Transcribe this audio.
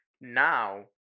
Now